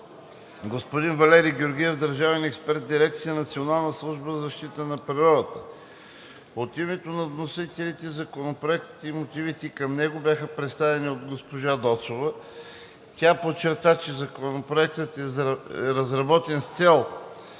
господин Валери Георгиев – държавен експерт в дирекция „Национална служба за защита на природата“. От името на вносителите Законопроектът и мотивите към него бяха представени от госпожа Доцова. Тя подчерта, че Законопроектът е разработен с цел